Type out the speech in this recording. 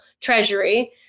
treasury